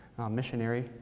Missionary